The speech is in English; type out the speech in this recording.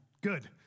good